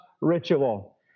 ritual